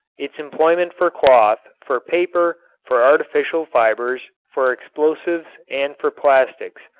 its employment for cloth, for paper, for artificial fibers, for explosives, and for plastics.